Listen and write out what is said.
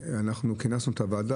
כינסנו את הוועדה,